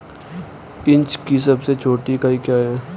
Inch की सबसे छोटी इकाई क्या है?